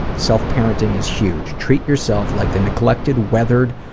self-parenting is huge. treat yourself like the neglected, weathered,